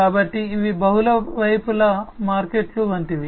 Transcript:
కాబట్టి ఇవి బహుళ వైపుల మార్కెట్ల వంటివి